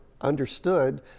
understood